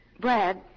Brad